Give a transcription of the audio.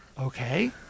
okay